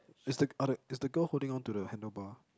is the are the is the girl holding on to the handle bar